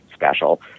Special